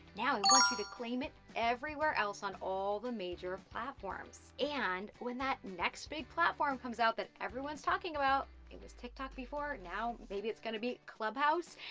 now, we want you to claim it, everywhere else on all the major platforms. and, when that next big platform comes out that everyone's talking about, it was tiktok before, now, maybe it's gonna be clubhouse,